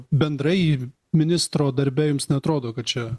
bendrai ministro darbe jums neatrodo kad čia